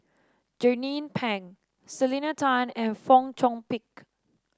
Jernnine Pang Selena Tan and Fong Chong Pik